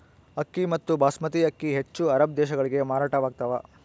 ಅಕ್ಕಿ ಮತ್ತು ಬಾಸ್ಮತಿ ಅಕ್ಕಿ ಹೆಚ್ಚು ಅರಬ್ ದೇಶಗಳಿಗೆ ಮಾರಾಟವಾಗ್ತಾವ